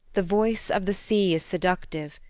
the voice of the sea is seductive,